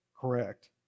correct